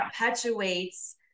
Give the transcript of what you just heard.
perpetuates